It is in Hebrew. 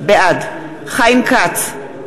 בעד חיים כץ,